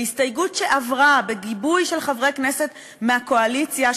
בהסתייגות שעברה בגיבוי של חברי כנסת מהקואליציה,